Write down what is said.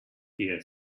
here